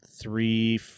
three